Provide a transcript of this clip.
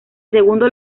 segundo